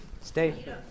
stay